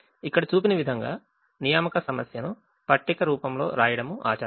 ఇక్కడ చూపిన విధంగా అసైన్మెంట్ ప్రాబ్లెమ్ ను పట్టిక రూపంలో వ్రాయడం ఆచారం